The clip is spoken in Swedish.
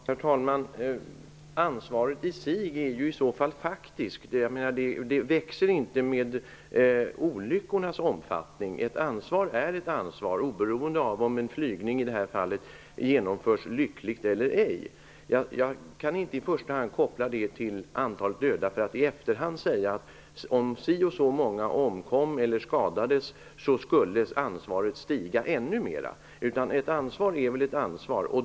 Herr talman! Ansvaret är ju faktiskt i sig. Det växer inte med olyckornas omfattning. Ansvar är ett ansvar, oberoende av om en flygning -- som i det här fallet -- genomförs lyckligt eller ej. Man kan inte koppla ansvaret till antalet döda och i efterhand säga att om si och så många hade omkommit eller skadats skulle ansvaret ha ökat ännu mera.